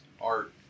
art